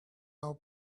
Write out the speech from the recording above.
out